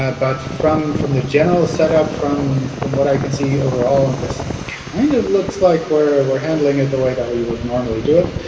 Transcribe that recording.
but from from the general setup from from what i can see overall, this kind of looks like we're we're handling it the way that we would normally do it.